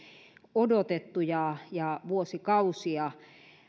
odotettu ja ja vuosikausia